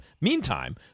Meantime